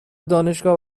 دانشگاه